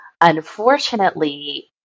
unfortunately